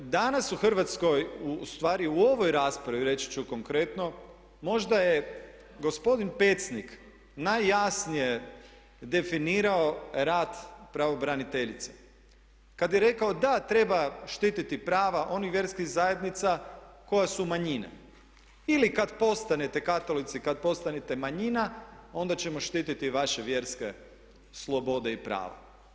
Danas u Hrvatskoj ustvari u ovoj raspravi reći ću konkretno možda je gospodin Pecnik naj jasnije definirao rat pravobraniteljice kad je rekao da, treba štiti prava onih vjerskih zajednica koja su manjine ili kad postanete Katolici i kad postanete manjina onda ćemo štititi vaše vjerske slobode i prava.